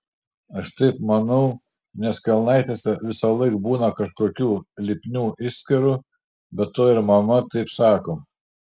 aš taip manau nes kelnaitėse visąlaik būna kažkokių lipnių išskyrų be to ir mama taip sako